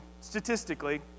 statistically